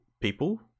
people